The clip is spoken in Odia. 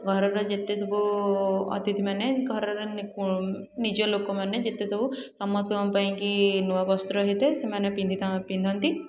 ଘରର ଯେତେ ସବୁ ଅତିଥିମାନେ ଘରର ନିକୁ ନିଜ ଲୋକମାନେ ଯେତେ ସବୁ ସମସ୍ତଙ୍କ ପାଇଁକି ନୂଆ ବସ୍ତ୍ର ହେଇଥାଏ ସେମାନେ ପିନ୍ଧି ପିନ୍ଧନ୍ତି